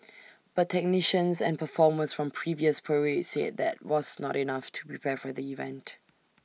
but technicians and performers from previous parades said that was not enough to prepare for the event